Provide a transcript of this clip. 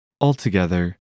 Altogether